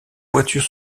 voitures